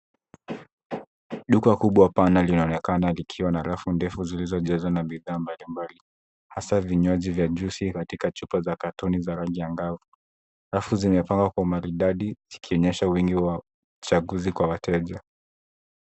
Duka kubwa bana linaonekana likiwa na rafu ndefu zilizo jaswa na bidhaa mbali mbali, hasa vinywaji za juisi katika chupa za katoni za rangi angavu. Rafu zimepangwa kwa maridadi zikionyesha wingi wa uchaguzi kwa wateja.